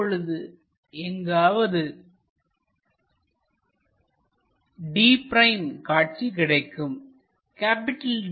அப்பொழுது எங்காவது d' காட்சி கிடைக்கும்